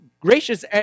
gracious